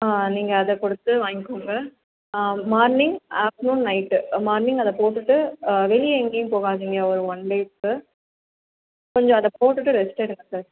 நீங்கள் அதை கொடுத்து வாங்கிக்கோங்க மார்னிங் ஆஃப்டர்நூன் நைட்டு மார்னிங் அதை போட்டுகிட்டு வெளியே எங்கேயும் போகாதீங்க ஒரு ஒன் டேவுக்கு கொஞ்சம் அதை போட்டுகிட்டு ரெஸ்ட் எடுங்க சார்